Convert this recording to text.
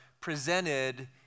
presented